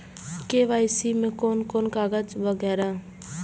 KYC में कोन कोन कागज वगैरा?